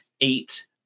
eight